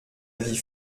avis